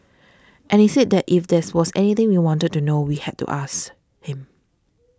and he said that if there's was anything we wanted to know we had to ask him